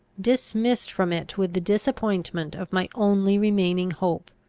dismissed from it with the disappointment of my only remaining hope,